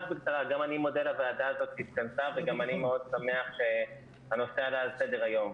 מודה לוועדה הזאת שהתכנסה וגם אני מאוד שמח שהנושא עלה על סדר-היום.